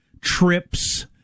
trips